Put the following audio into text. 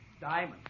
Diamond